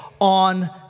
on